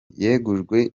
yegujwe